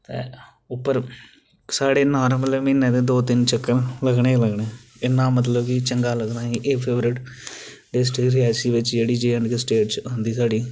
ते उप्पर साढ़े नार्मल म्हीने दे दो तिन चक्कर लग्गने ई लग्गने इन्ना मतलब कि चंगा लग्गना फेवरेट लगदा ही एह् फेवरेट एह् स्टेट रियासी बिच्च जेह्ड़ी जे एंड के स्टेट च होंदी साढ़ी